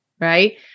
Right